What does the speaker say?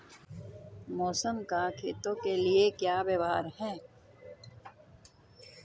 मौसम का खेतों के लिये क्या व्यवहार है?